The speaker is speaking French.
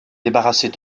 débarrasser